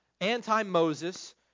anti-Moses